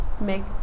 make